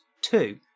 Two